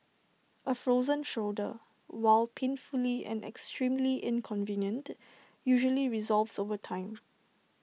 A frozen shoulder while painful and extremely inconvenient usually resolves over time